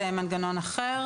כאלו.